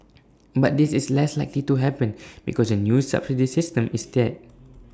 but this is less likely to happen because the new subsidy system is tiered